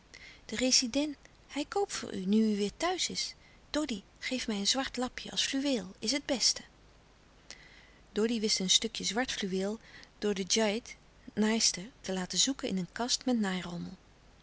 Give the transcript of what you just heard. de residèn hij koop voor u nu u weêr thuis is doddy geef mij een zwart lapje als fluweel is het beste doddy wist een stukje zwart fluweel door de djaït te laten zoeken in een kast met